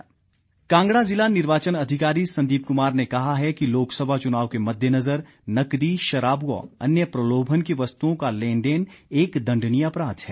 चुनाव कांगडा कांगड़ा जिला निर्वाचन अधिकारी संदीप कुमार ने कहा है कि लोकसभा चुनाव के मददेनजर नकदी शराब व अन्य प्रलोभन की वस्तुओं का लेन देन एक दंडनीय अपराध है